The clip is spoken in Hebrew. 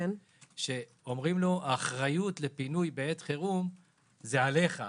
אומרים להם שהאחריות לפינוי בעת חירום זה עליהם.